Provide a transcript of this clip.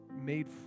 made